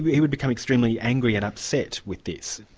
he would become extremely angry and upset with this.